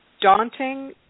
daunting